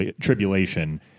tribulation